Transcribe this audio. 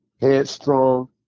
headstrong